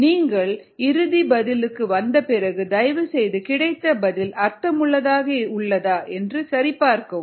நீங்கள் இறுதி பதிலுக்கு வந்த பிறகு தயவுசெய்து கிடைத்த பதில் அர்த்தமுள்ளதாக இருக்கிறதா என்று சரிபார்க்கவும்